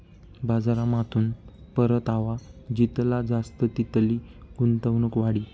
बजारमाथून परतावा जितला जास्त तितली गुंतवणूक वाढी